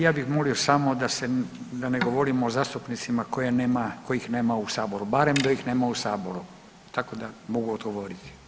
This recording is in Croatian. Ja bih molio samo da ne govorimo o zastupnicima kojih nema u Saboru, barem dok ih nema u Saboru tako da mogu odgovoriti.